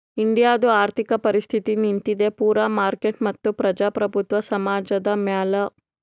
ಇಂಡಿಯಾದು ಆರ್ಥಿಕ ಪರಿಸ್ಥಿತಿ ನಿಂತಿದ್ದೆ ಪೂರಾ ಮಾರ್ಕೆಟ್ ಮತ್ತ ಪ್ರಜಾಪ್ರಭುತ್ವ ಸಮಾಜದ್ ಮ್ಯಾಲ